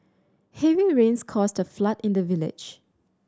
heavy rains caused a flood in the village